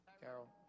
Carol